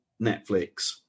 Netflix